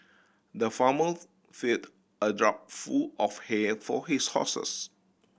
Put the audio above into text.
the farmer filled a trough full of hay for his horses